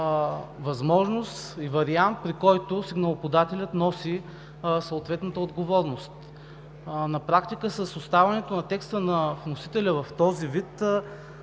възможност и вариант, при който сигналоподателят носи съответната отговорност. На практика с оставането на текста на вносителя в този вид